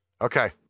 Okay